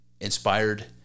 inspired